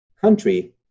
country